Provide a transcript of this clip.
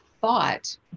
thought